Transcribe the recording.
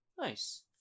Nice